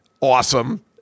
awesome